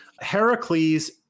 Heracles